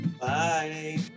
Bye